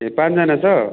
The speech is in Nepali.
ए पाँचजना छ